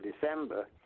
December